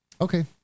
okay